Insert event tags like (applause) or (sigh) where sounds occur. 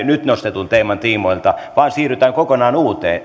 (unintelligible) nyt nostetun teeman tiimoilta vaan siirrytään kokonaan uuteen